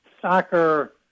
soccer